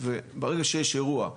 וברגע שיש אירוע,